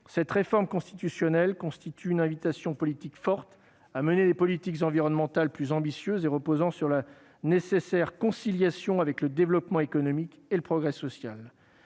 cette réforme constitutionnelle est une invitation politique forte à mener des politiques environnementales plus ambitieuses, reposant sur la nécessaire conciliation avec le développement économique et le progrès social.